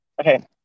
okay